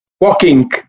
walking